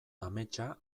ametsa